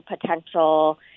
potential